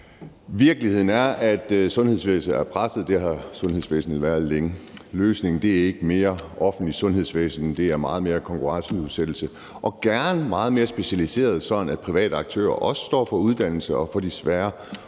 Virkeligheden er, at sundhedsvæsenet er presset. Det har sundhedsvæsenet været længe. Løsningen er ikke mere offentligt sundhedsvæsen. Det er meget mere konkurrenceudsættelse og gerne meget mere specialisering, sådan at private aktører også står for uddannelse og for de svære